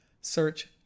Search